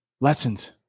lessons